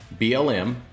BLM